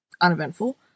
uneventful